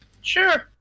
Sure